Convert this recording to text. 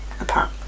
apart